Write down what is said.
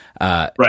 Right